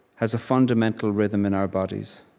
has a fundamental rhythm in our bodies.